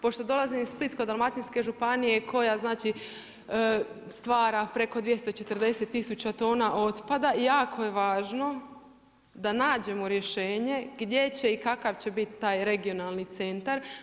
Pošto dolazim iz Splitsko-dalmatinske županije koja stvara preko 240 tisuća tona otpada, jako je važno da nađemo rješenje gdje će i kakav će biti taj regionalni centar.